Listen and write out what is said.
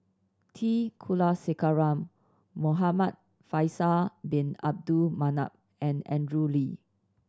T Kulasekaram Muhamad Faisal Bin Abdul Manap and Andrew Lee